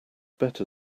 better